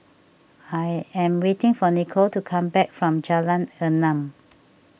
I am waiting for Nicolle to come back from Jalan Enam